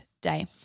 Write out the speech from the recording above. day